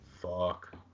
Fuck